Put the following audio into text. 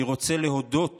אני רוצה להודות